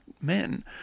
men